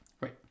Right